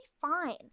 fine